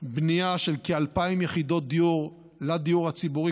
בנייה של כ-2,000 יחידות דיור לדיור הציבורי